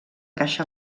caixa